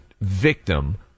victim